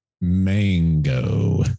Mango